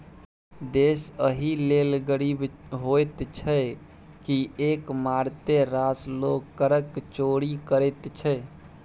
देश एहि लेल गरीब होइत छै किएक मारिते रास लोग करक चोरि करैत छै